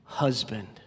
husband